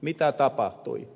mitä tapahtui